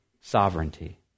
sovereignty